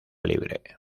libre